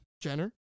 Jenner